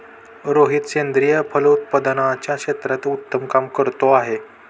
रोहित सेंद्रिय फलोत्पादनाच्या क्षेत्रात उत्तम काम करतो आहे